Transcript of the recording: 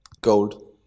Gold